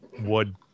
wood